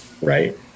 right